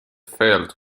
failed